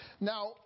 Now